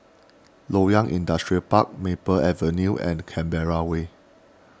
Loyang Industrial Park Maple Avenue and Canberra Way